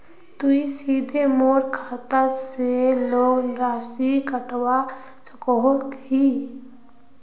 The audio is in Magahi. तुई सीधे मोर खाता से लोन राशि कटवा सकोहो हिस?